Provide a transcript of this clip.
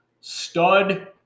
stud